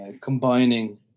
combining